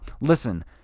listen—